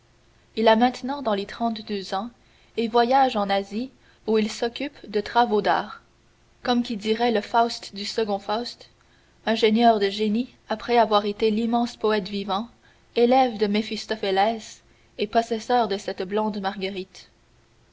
il a maintenant dans les trente-deux ans et voyage en asie où il s'occupe de travaux d'art comme qui dirait le faust du second faust ingénieur de génie après avoir été l'immense poète vivant élève de méphistophélès et possesseur de cette blonde marguerite